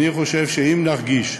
אני חושב שאם נרגיש,